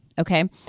Okay